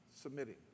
submitting